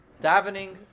Davening